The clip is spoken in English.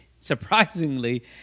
surprisingly